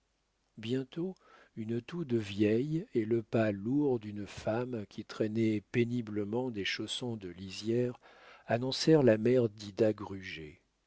bientôt une toux de vieille et le pas lourd d'une femme qui traînait péniblement des chaussons de lisière annoncèrent la mère d'ida